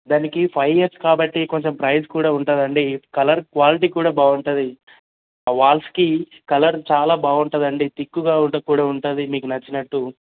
దానికి five years కాబట్టి కొంచెం ప్రైస్ కూడా ఉంటుందండి కలర్ క్వాలిటీ కూడా బాగుంటుంది ఆ వాల్స్కి కలర్ చాలా బాగుంటుందండి థిక్గా ఉంట కూడా ఉంటుందంది మీకు నచ్చినట్టు